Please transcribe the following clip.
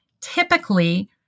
typically